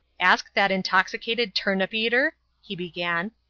ask that intoxicated turnip-eater he began.